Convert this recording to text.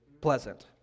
pleasant